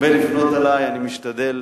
מרבה לפנות אלי, אני משתדל